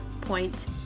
Point